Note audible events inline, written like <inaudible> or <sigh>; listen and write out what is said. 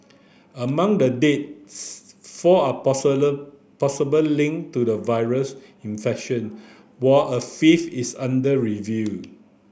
among the deaths four are <unintelligible> possible linked to the virus infection while a fifth is under review